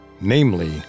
namely